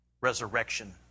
resurrection